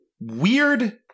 Weird